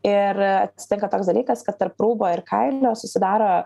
ir atsitinka toks dalykas kad tarp rūbo ir kailio susidaro